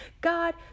God